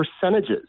percentages